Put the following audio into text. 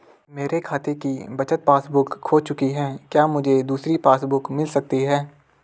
मेरे खाते की बचत पासबुक बुक खो चुकी है क्या मुझे दूसरी पासबुक बुक मिल सकती है?